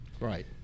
Right